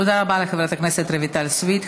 תודה רבה לחברת הכנסת רויטל סויד.